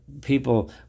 people